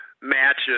matches